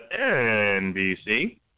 NBC